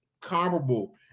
comparable